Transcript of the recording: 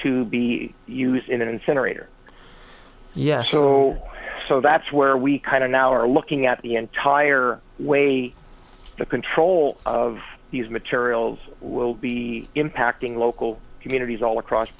to be used in an incinerator yeah so so that's where we kind of now are looking at the entire way the control of these materials will be impacting local communities all across the